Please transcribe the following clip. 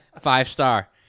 five-star